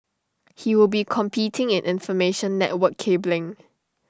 he will be competing in information network cabling